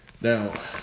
Now